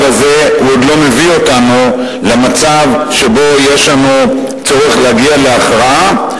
הזה עוד לא מביא אותנו למצב שבו יש לנו צורך להגיע להכרעה,